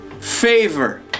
favor